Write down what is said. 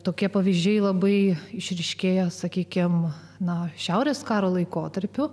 tokie pavyzdžiai labai išryškėja sakykime na šiaurės karo laikotarpiu